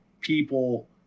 people